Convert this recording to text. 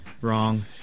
wrong